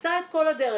עשה את כל הדרך,